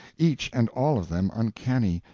each and all of them uncanny,